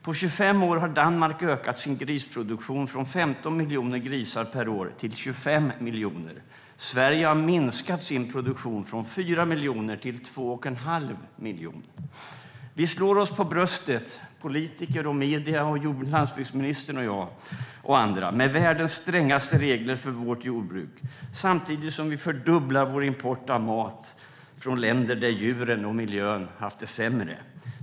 På 25 år har Danmark ökat sin grisproduktion från 15 miljoner grisar per år till 25 miljoner. Sverige har minskat sin produktion från 4 miljoner till 2 1⁄2 miljon. Vi slår oss för bröstet - politiker, medier, landsbygdsministern och jag - med världens strängaste regler för vårt jordbruk samtidigt som vi fördubblar vår import av mat från länder där djuren haft det sämre och där miljön är sämre.